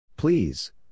Please